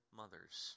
mothers